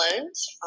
loans